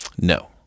No